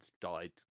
died